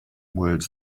words